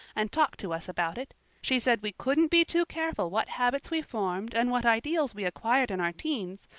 and talked to us about it. she said we couldn't be too careful what habits we formed and what ideals we acquired in our teens,